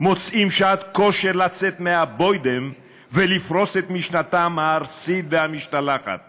מוצאים שעת כושר לצאת מהבוידעם ולפרוס את משנתם הארסית והמשתלחת